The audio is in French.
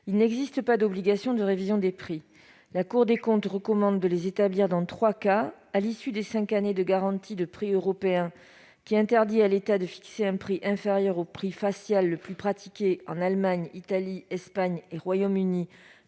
il n'existe pas d'obligation de révision des prix. La Cour des comptes recommande de les établir dans trois cas : à l'issue des cinq années de garantie de prix européen, qui interdit à l'État de fixer un prix inférieur au prix facial le plus bas pratiqué en Allemagne, en Italie, en Espagne et au Royaume-Uni